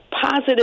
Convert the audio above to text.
positive